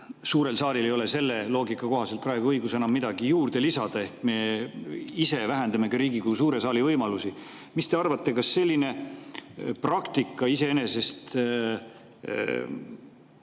suurel saalil ei ole selle loogika kohaselt siis enam õigust midagi juurde lisada ehk me ise vähendame Riigikogu suure saali võimalusi. Mis te arvate, kas selline praktika on iseenesest